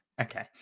Okay